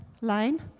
line